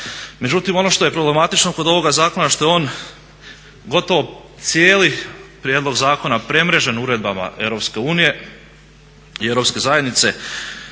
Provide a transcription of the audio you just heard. Međutim, ono što je problematično kod ovoga zakona što je on gotovo cijeli prijedlog zakona premrežen uredbama Europske unije